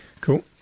cool